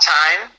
time